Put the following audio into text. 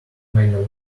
many